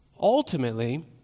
ultimately